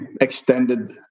extended